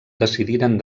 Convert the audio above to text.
decidiren